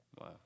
Wow